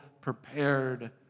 prepared